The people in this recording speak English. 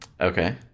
Okay